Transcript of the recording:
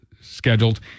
scheduled